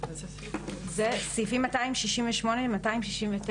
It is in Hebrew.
סעיפים 268 ו-269?